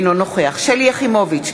אינו נוכח שלי יחימוביץ,